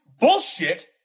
bullshit